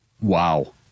Wow